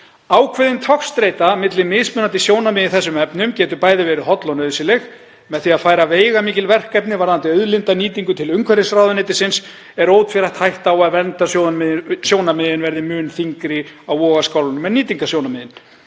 Ákveðin togstreita milli mismunandi sjónarmiða í þessum efnum getur verið bæði holl og nauðsynleg. Með því að færa veigamikil verkefni varðandi auðlindanýtingu til umhverfisráðuneytis er ótvírætt hætta á að verndarsjónarmiðin verði mun þyngri á vogarskálunum en nýtingarsjónarmiðin.“